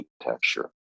architecture